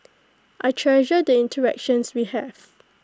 I treasure the interactions we have